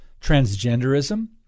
transgenderism